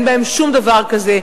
אין בהם שום דבר כזה,